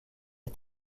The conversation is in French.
est